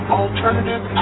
alternative